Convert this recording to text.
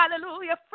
hallelujah